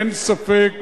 אין ספק